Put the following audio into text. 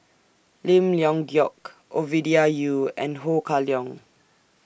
Lim Leong Geok Ovidia Yu and Ho Kah Leong